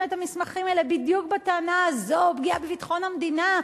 את המסמכים האלה בדיוק בטענה הזאת: פגיעה בביטחון המדינה,